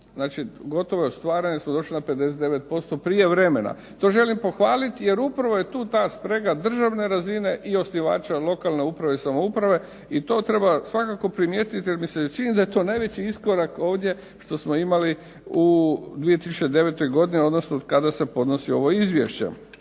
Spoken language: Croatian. Znači, gotovo je ostvaren jer smo došli na 59% prije vremena. To želim pohvaliti, jer upravo je tu ta sprega državne razine i osnivača lokalne uprave i samouprave i to treba svakako primijetiti jer mi se čini da je to najveći iskorak ovdje što smo imali u 2009. godini, odnosno od kada se podnosi ovo izvješće.